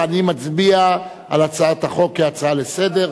ונצביע על הצעת החוק כהצעה לסדר-היום.